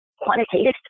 quantitative